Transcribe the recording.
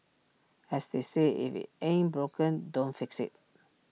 as they say if IT ain't broken don't fix IT